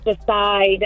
decide